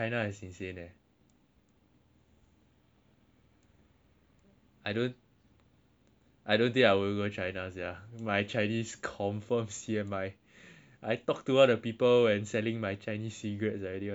I don't I don't think I'll go to China sia my chinese confirm C_M_I I talk to all the people and selling my chinese cigarettes I already want to die already